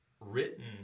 written